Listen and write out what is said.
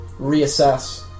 reassess